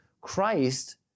Christ